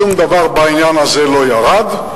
שום דבר בעניין הזה לא ירד,